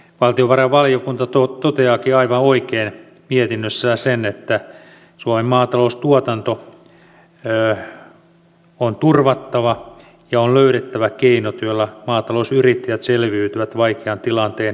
valtiovarainvaliokunta toteaakin aivan oikein mietinnössään sen että suomen maataloustuotanto on turvattava ja on löydettävä keinot joilla maatalousyrittäjät selviytyvät vaikean tilanteen yli